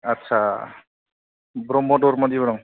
आदसा ब्रह्म धर्म निबो दं